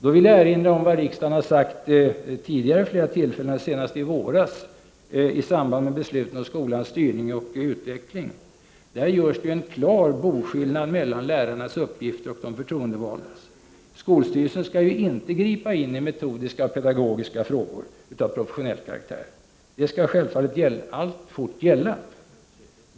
Jag vill då erinra om vad riksdagen vid flera tillfällen tidigare uttalat, senast i våras i samband med besluten om skolans styrning och utveckling. Där gjordes det en klar boskillnad mellan lärarnas uppgifter och de förtroendevaldas. Skolstyrelsen skall inte gripa in i metodiska och pedagogiska frågor av professionell karaktär. Det skall självfallet alltfort gälla.